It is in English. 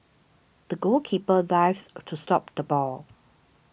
the goalkeeper dives to stop the ball